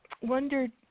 wondered